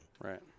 Right